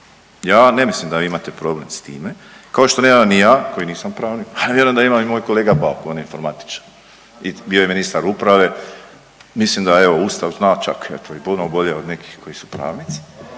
Ja ne mislim da vi imate problem s time kao što nemam ni ja koji nisam pravnik, a ne vjerujem da ima i moj kolega Bauk on je informatičar i bio je ministar uprave, mislim da evo Ustav zna čak eto i puno bolje od nekih koji su pravnici.